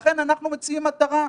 לכן, אנחנו מציעים מטרה.